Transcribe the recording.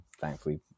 thankfully